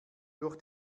durch